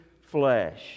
flesh